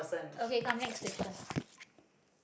okay come next question